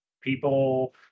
people